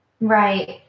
Right